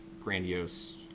grandiose